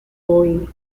bowie